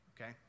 okay